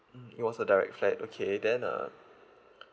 it was a direct flight okay then uh